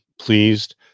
pleased